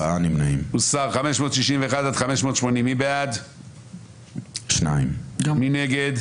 4 בעד, 8 נגד,